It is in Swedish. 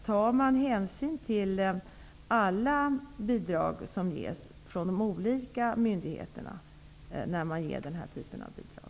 Tar man hänsyn till alla bidrag som ges från de olika myndigheterna när man ger denna typ av bidrag?